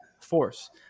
force